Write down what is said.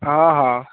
हँ हँ